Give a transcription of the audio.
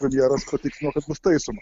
premjeras patikslino kad bus taisoma